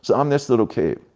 so i'm this little kid,